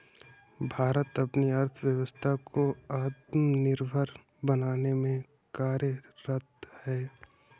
भारत अपनी अर्थव्यवस्था को आत्मनिर्भर बनाने में कार्यरत है